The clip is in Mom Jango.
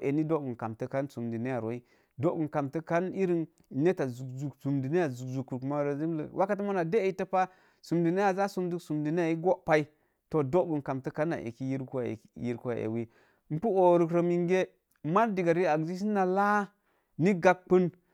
enni doogum kamtə kan sundumi a roi, doosum kamtə kan irrin netta zuk-zuk, sindumiya zuk zuk moro timlə, wakafeji re mona deitə pa, sundume, a ja sunduk sundumi ai goapi. Doogum kantə a ekki, yirku a wei, i pu ooruk ro minge, maz digga rii akji səna laa ni gabə.